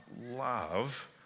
love